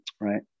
Right